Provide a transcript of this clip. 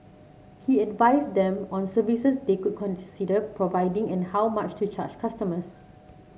he advised them on services they could consider providing and how much to charge customers